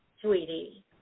sweetie